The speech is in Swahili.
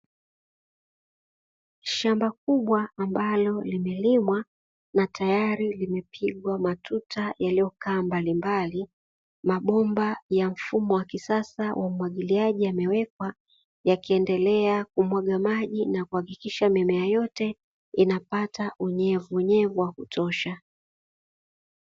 Shamba kubwa ambalo limelimwa na tayari limepigwa matuta, yaliyokaa mbalimbali mabomba ya mfumo wa kisasa wa umwagiliaji yamewekwa, yakiendelea kumwaga maji na kuhakikisha mimea yote inapata unyevunyevu wa kutosha.